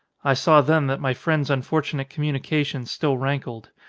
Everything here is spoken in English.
i saw then that my friend's unfortunate com munication still rankled.